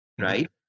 right